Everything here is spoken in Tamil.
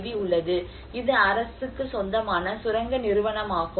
பி உள்ளது இது அரசுக்கு சொந்தமான சுரங்க நிறுவனமாகும்